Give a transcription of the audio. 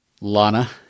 Lana